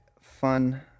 fun